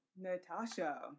Natasha